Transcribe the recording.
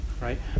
right